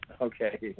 okay